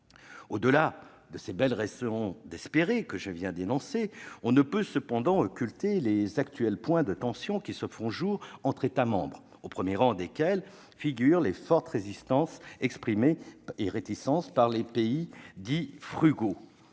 Au-delà des belles raisons d'espérer que je viens d'énoncer, on ne peut cependant pas occulter les actuels points de tension qui se font jour entre États membres, au premier rang desquels figurent les fortes réticences exprimées par les fameux pays dits « frugaux